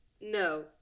no